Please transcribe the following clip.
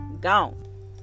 gone